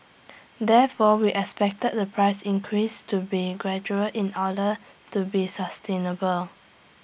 therefore we expected the price increase to be gradual in order to be sustainable